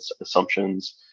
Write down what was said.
assumptions